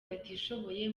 batishoboye